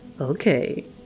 Okay